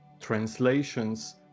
translations